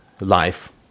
life